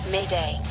Mayday